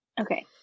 Okay